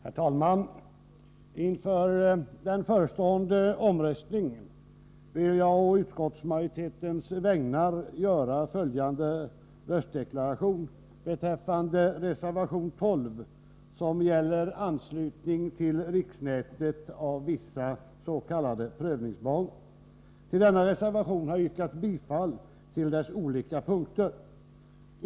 Herr talman! Inför den förestående omröstningen vill jag å utskottsmajoritetens vägnar göra följande röstdeklaration beträffande reservation 12, som gäller anslutning till riksnätet av vissa s.k. prövningsbanor. Det har yrkats bifall till de olika punkterna i denna reservation.